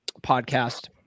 podcast